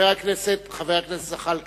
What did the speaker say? חבר הכנסת זחאלקה.